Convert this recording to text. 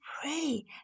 pray